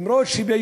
למרות שיש